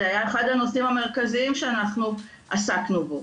זה היה אחד הנושאים שהמרכזיים שאנחנו עסקנו בו.